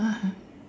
ah